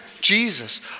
Jesus